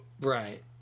right